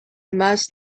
must